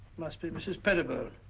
must be mrs. pettibone,